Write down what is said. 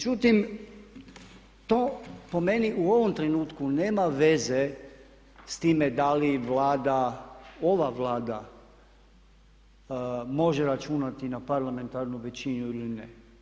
To po meni u ovom trenutku nema veze s time da li Vlada, ova Vlada može računati na parlamentarnu većinu ili ne.